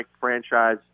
franchise